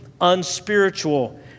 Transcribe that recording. unspiritual